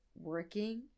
working